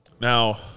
Now